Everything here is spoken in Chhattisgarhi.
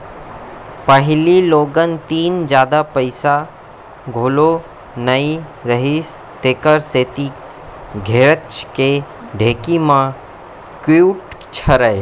पहिली लोगन तीन जादा पइसा घलौ नइ रहिस तेकर सेती घरेच के ढेंकी म कूटय छरय